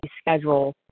schedule